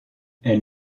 elles